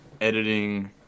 editing